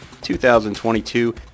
2022